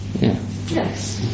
yes